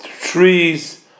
trees